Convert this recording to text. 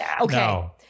okay